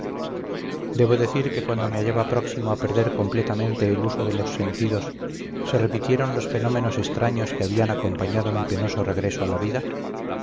debo decir que cuando me hallaba próximo a perder completamente el uso de los sentidos se repitieron los fenómenos extraños que habían acompañado mi penoso regreso a la vida